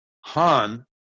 Han